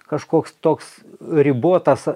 kažkoks toks ribotas